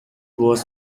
was